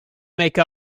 make